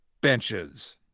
benches